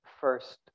first